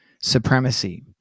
supremacy